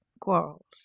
quarrels